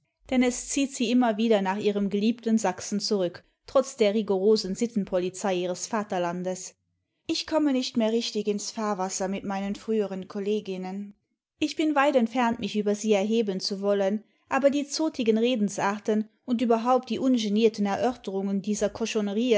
denn es zieht sie immer wieder nach ihrem geliebten sachsen zurück trotz der rigorosen sittenpolizei ihres vaterlandes ich komme nicht mehr richtig ins fahrwasser mit meinen früheren kolleginnen ich bin weit entfernt mich über sie erheben zu wollen aber die zotigen redensarten imd überhaupt die ungenierten erörterungen dieser